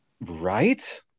right